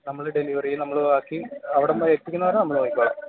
നമ്മൾ ഡെലിവർ ചെയ്യും നമ്മൾ ബാക്കി അവിടം വരെ എത്തിക്കുന്നതു വരെ നമ്മൾ നോക്കിക്കോളാം